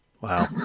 Wow